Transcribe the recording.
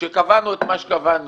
שקבענו את מה שקבענו,